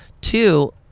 Two